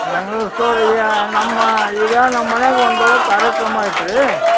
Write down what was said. Bengaluru store ರೀ ನಮ್ಮ ಈಗ ನಮ್ಮ ಮನ್ಯಾಗ ಒಂದು ಕಾರ್ಯಕ್ರಮ ಐತ್ರೀ